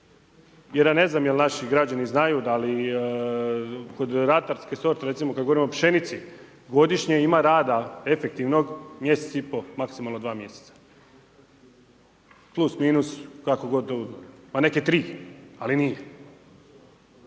jer ja ne znam, da li naši građani znaju, da li kod ratarske sorte, recimo kada govorimo o pšenici, godišnje ima rada efektivnog mjesec i pol, maksimalno dva mjeseca. Plus minus, kako god to, a neke tri, ali nije.